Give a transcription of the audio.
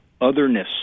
otherness